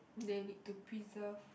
they need to preserve